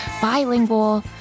bilingual